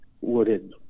wooded